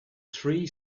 three